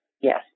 yes